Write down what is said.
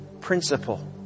principle